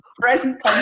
present